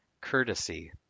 Courtesy